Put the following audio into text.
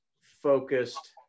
focused